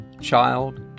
child